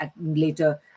later